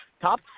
top